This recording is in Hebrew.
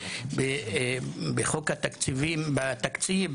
שבחוק התקציבים בתקציב,